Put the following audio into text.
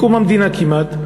מקוּם המדינה כמעט,